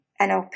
NLP